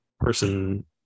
person